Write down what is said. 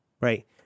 Right